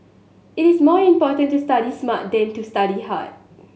it is more important to study smart than to study hard